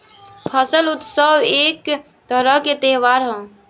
फसल उत्सव एक तरह के त्योहार ह